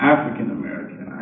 African-American